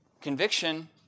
Conviction